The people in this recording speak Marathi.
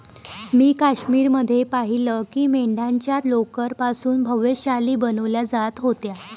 मी काश्मीर मध्ये पाहिलं की मेंढ्यांच्या लोकर पासून भव्य शाली बनवल्या जात होत्या